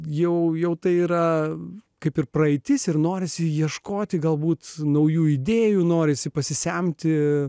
jau jau tai yra kaip ir praeitis ir norisi ieškoti galbūt naujų idėjų norisi pasisemti